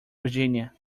virginia